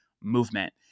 movement